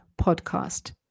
podcast